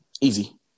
Easy